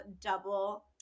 double